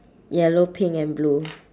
yellow pink and blue